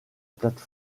plate